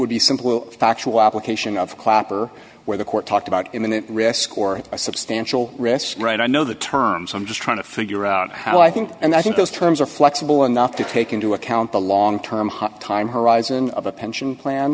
would be simple factual application of clapper where the court talked about imminent risk or a substantial risk right i know the terms i'm just trying to figure out how i think and i think those terms are flexible enough to take into account the long term hard time horizon of a pension plan